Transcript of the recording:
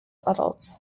adults